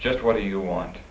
just what do you want